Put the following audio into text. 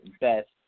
best